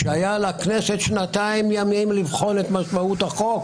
והיו לכנסת שנתיים ימים לבחון את משמעות החוק.